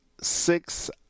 six